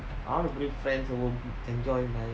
I want bring friends over enjoy my